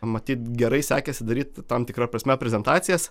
matyt gerai sekėsi daryt tam tikra prasme prezentacijas